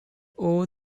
owe